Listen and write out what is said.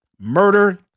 murder